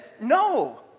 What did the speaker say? no